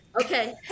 Okay